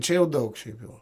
čia jau daug šiaip jau